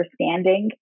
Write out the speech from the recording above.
understanding